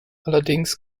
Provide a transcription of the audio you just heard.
allerdings